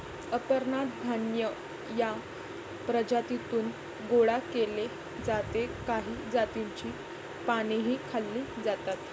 अमरनाथ धान्य या प्रजातीतून गोळा केले जाते काही जातींची पानेही खाल्ली जातात